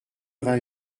vingt